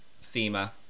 Thema